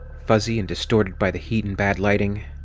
fuzzy and distorted by the heat and bad lighting,